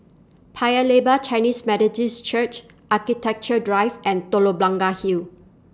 Paya Lebar Chinese Methodist Church Architecture Drive and Telok Blangah Hill